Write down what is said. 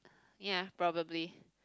ya probably